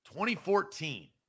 2014